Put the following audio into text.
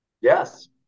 Yes